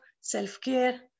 self-care